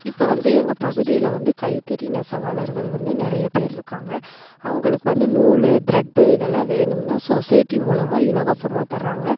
இப்போ வந்து எங்கள் பகுதியில் வந்து கைத்தறி நெசவாளர்கள் வந்து நிறைய பேர் இருக்காங்க அவங்களுக்கு வந்து நூல் த்ரெட்டு இதெல்லாம் வேணும்னா சொசைட்டி மூலமாக இலவசமாக தராங்க